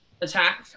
attack